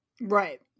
Right